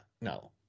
no